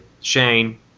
Shane